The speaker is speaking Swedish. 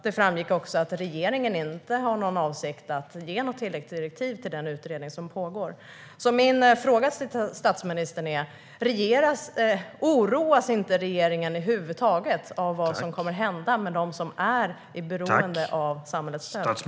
Det framgick också att regeringen inte har någon avsikt att ge något tilläggsdirektiv till den utredning som pågår. Oroas regeringen över huvud taget inte av vad som kommer att hända med dem som är beroende av samhällets stöd?